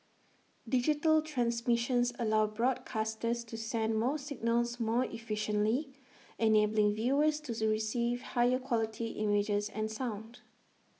digital transmissions allow broadcasters to send more signals more efficiently enabling viewers to receive higher quality images and sound